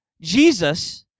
Jesus